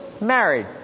married